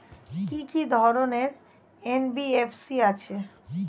কি কি ধরনের এন.বি.এফ.সি আছে?